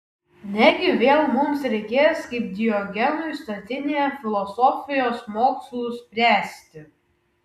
negi vėl mums reikės kaip diogenui statinėje filosofijos mokslus spręsti